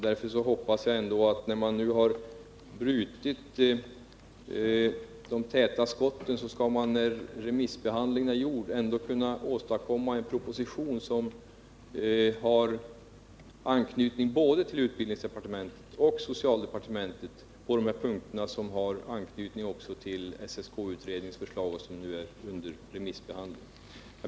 Därför hoppas jag att man, när nu ändå de vattentäta skotten har genombrutits och remissbehandlingen är klar, skall kunna åstadkomma en proposition som har anknytning både till utbildningsdepartementet och till socialdepartementet på de punkter, sora också knyter an till SSK-utredningens förslag som nu är under remissbehandling.